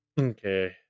Okay